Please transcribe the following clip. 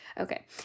Okay